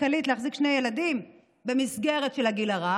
כלכלית להחזיק שני ילדים במסגרת של הגיל הרך.